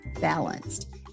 balanced